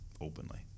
openly